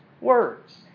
words